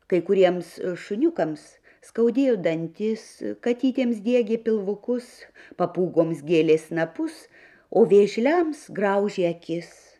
kai kuriems šuniukams skaudėjo dantis katytėms diegė pilvukus papūgoms gėlė snapus o vėžliams graužė akis